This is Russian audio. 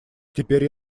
теперь